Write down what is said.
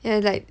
you know like